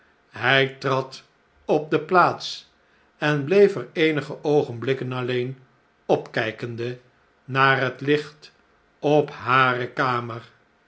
hn trad op de plaats en bleef er eenige oogenblikken alleen opkjjkende naar het licht op hare kamer